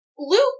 Luke